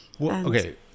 okay